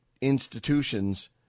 institutions